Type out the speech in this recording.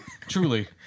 truly